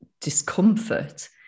discomfort